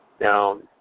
now